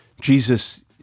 jesus